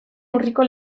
urriko